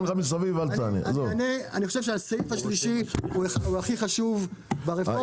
אני חושב שהסעיף השלישי הוא הכי חשוב ברפורמה.